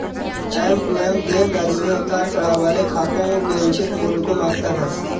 M to M देनदारियों में उतार चढ़ाव वाले खातों के उचित मूल्य को मापता है